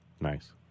Nice